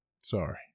sorry